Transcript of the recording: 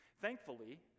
Thankfully